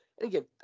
Again